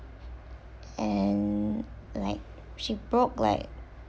and like she broke like